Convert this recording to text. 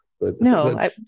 No